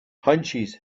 hunches